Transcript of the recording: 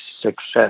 success